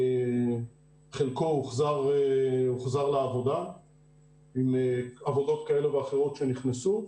חלקו הוחזר לעבודה עם עבודות כאלה ואחרות שנכנסו,